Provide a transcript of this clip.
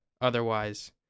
Otherwise